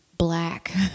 black